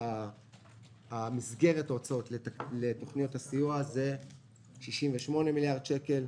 מסגרת ההוצאות לתוכניות הסיוע היא 68 מיליארד שקל.